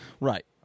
Right